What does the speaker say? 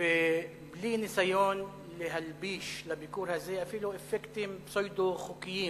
ובלי ניסיון להלביש לביקור הזה אפילו אפקטים פסאודו-חוקיים.